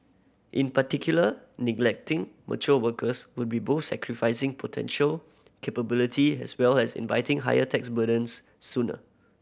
in particular neglecting mature workers would be both sacrificing potential capability as well as inviting higher tax burdens sooner